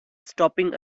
stopping